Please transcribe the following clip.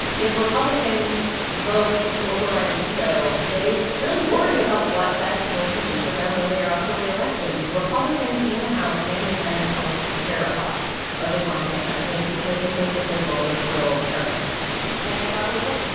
if republicans vote to override a veto, they really worry about what that's going to do for them when they are up for reelection. republicans in the house and the senate are terrified of defying the president because they think that their voters will turn against them and they probably will.